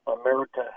america